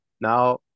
now